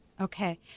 Okay